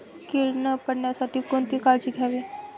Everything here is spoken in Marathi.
कीड न पडण्यासाठी कोणती काळजी घ्यावी?